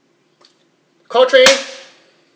call three